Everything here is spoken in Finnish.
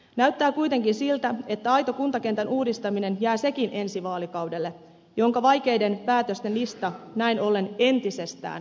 näyttää kuitenkin siltä että aito kuntakentän uudistaminen jää sekin ensi vaalikaudelle jonka vaikeiden päätösten lista näin ollen entisestään lisääntyy